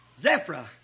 Zephyr